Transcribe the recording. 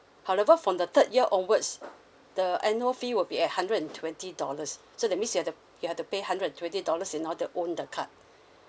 however from the third year onwards the annual fee will be at hundred and twenty dollars so that means you have to you have to pay hundred and twenty dollars in order to own the card